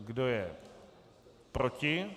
Kdo je proti?